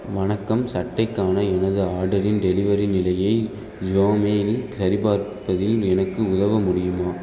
வணக்கம் சட்டைக்கான எனது ஆர்டரின் டெலிவரி நிலையை ஸ்வாமேயில் கரிபார்ப்பதில் எனக்கு உதவ முடியுமா